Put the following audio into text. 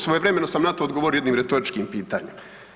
Svojevremeno sam na to odgovorio jednim retoričkim pitanjem.